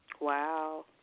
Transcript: Wow